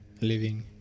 living